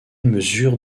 mesure